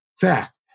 fact